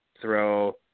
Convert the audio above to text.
throw